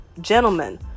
gentlemen